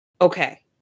Okay